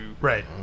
right